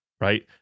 right